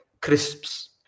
crisps